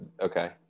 okay